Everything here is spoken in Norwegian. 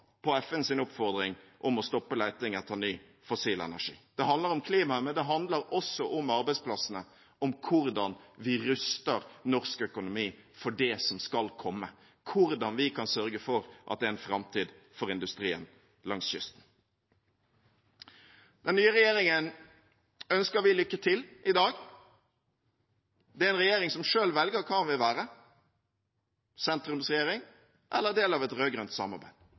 på FNs oppfordring om å stoppe leting etter ny fossil energi. Det handler om klimaet, men det handler også om arbeidsplassene, om hvordan vi ruster norsk økonomi for det som skal komme, hvordan vi kan sørge for at det er en framtid for industrien langs kysten. Den nye regjeringen ønsker vi lykke til i dag. Det er en regjering som selv velger hva den vil være – sentrumsregjering eller del av et rød-grønt samarbeid.